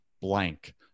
blank